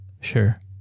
Sure